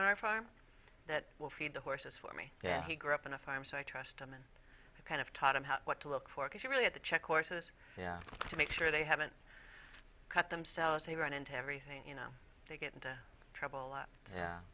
on our farm that will feed the horses for me yeah he grew up in a farm so i trust him and kind of taught him what to look for because he really at the check courses to make sure they haven't cut themselves they run into everything you know they get into trouble a lot yeah